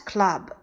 Club